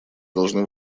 должны